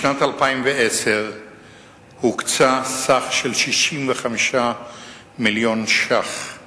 בשנת 2010 הוקצה סכום של כ-65 מיליון שקלים